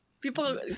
People